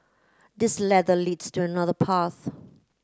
this ladder leads to another path